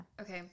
Okay